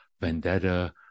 vendetta